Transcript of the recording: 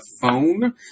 phone